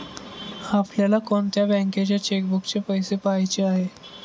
आपल्याला कोणत्या बँकेच्या चेकबुकचे पैसे पहायचे आहे?